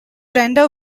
render